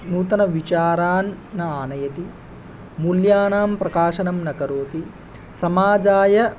नूतनविचारान् न आनयति मूल्यानां प्रकाशनं न करोति समाजाय